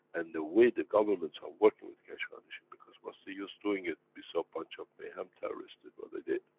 and the way the governments are working with keshe foundation because what's the use doing it, to be so bunch of mayhem terrorist in what they did.